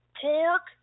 pork